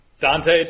Dante